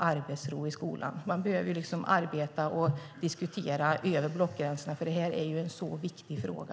arbetsro i skolan. Man behöver arbeta och diskutera över blockgränserna, för det här är en så viktig fråga.